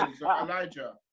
Elijah